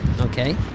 Okay